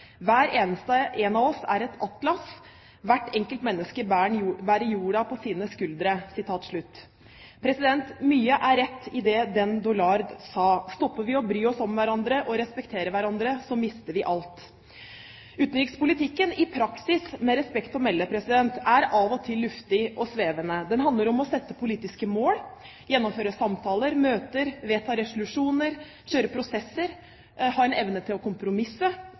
Hver eneste en av oss er en Atlas, hvert enkelt menneske bærer jorden på sine skuldre.» Mye er rett i det den Doolard sa. Stopper vi å bry oss om hverandre og respektere hverandre, mister vi alt. Utenrikspolitikken i praksis, med respekt å melde, er av og til luftig og svevende. Det handler om å sette politiske mål, gjennomføre samtaler, møter, vedta resolusjoner, kjøre prosesser, ha en evne til å kompromisse